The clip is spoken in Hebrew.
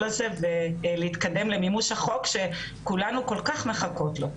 הזה ולהתקדם למימוש החוק שכולנו כל כך מחכות לו.